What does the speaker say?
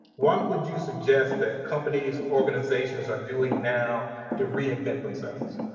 what would you suggest that companies, organizations, are doing now to reinvent themselves?